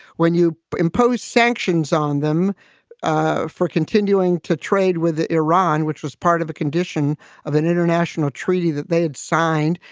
when you impose sanctions on them ah for continuing to trade with iran, which was part of a condition of an international treaty that they had signed,